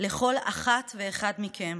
לכל אחת ואחד מכם